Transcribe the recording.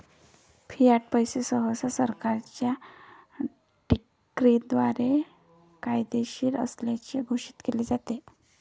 Fiat पैसे सहसा सरकारच्या डिक्रीद्वारे कायदेशीर असल्याचे घोषित केले जाते